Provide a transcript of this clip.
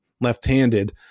left-handed